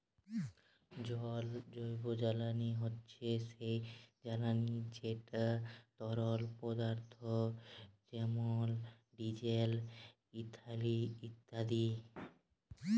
জল জৈবজ্বালানি হছে সেই জ্বালানি যেট তরল পদাথ্থ যেমল ডিজেল, ইথালল ইত্যাদি